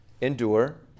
endure